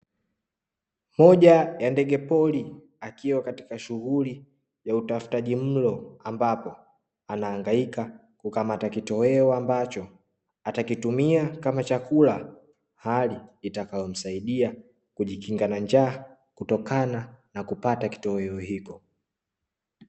Moja ya ndegepori akiwa katika shughuli ya utafutaji mlo, ambapo anahangaika kukamata kitoweo ambacho atakitumia kama chakula hali itakayomsaidia kujikinga na njaa kutokana na kupata kitoweo hiko.